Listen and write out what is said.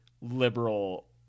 liberal